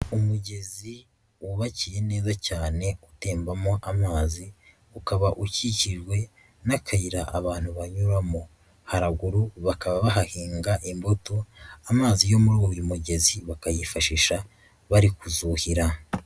Umugezi wubakiye neza cyane utembamo amazi, ukaba ukikijwe n'akayira abantu banyuramo, haraguru bakaba bahahinga imbuto, amazi yo muri uyu mugezi bakayifashisha bari kuzuhira.